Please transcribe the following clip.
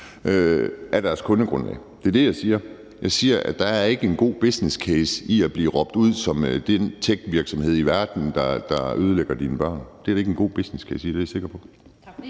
på seminordjysk. Det er det, jeg siger. Jeg siger, at der ikke er en god businesscase i at blive råbt ud som den techvirksomhed i verden, der ødelægger dine børn. Det er der ikke en god businesscase i; det er jeg sikker på.